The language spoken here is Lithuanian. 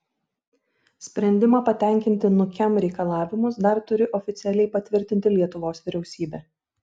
sprendimą patenkinti nukem reikalavimus dar turi oficialiai patvirtinti lietuvos vyriausybė